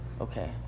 Okay